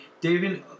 David